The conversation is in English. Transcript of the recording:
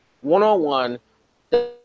one-on-one